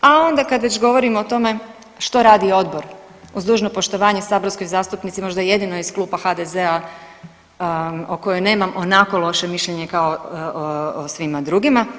A onda kad već govorimo o tome što radi odbor uz dužno poštovanje saborskoj zastupnici možda jedinoj iz kluba HDZ-a o kojoj nemam onako loše mišljenje kao o svima drugima.